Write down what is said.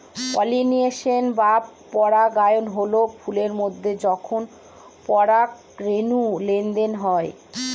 pollination বা পরাগায়ন হল ফুলের মধ্যে যখন পরাগরেনুর লেনদেন হয়